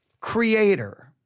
creator